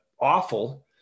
awful